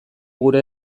gure